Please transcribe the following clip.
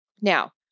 Now